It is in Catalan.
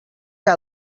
que